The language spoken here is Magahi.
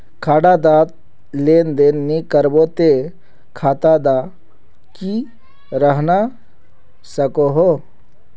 खाता डात लेन देन नि करबो ते खाता दा की रहना सकोहो?